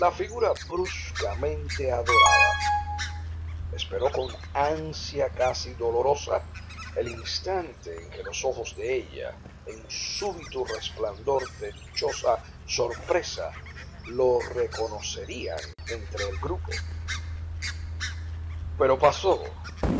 figura bruscamente adorada esperó con ansia casi dolorosa el instante en que los ojos de ella en un súbito resplandor de dichosa sorpresa lo reconocerían entre el grupo pero pasó